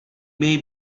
may